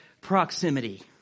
proximity